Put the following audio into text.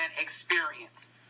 experience